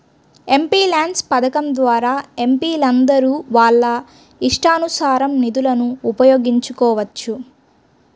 MPLADS పథకం ద్వారా ఎంపీలందరూ వాళ్ళ ఇష్టానుసారం నిధులను ఉపయోగించుకోవచ్చు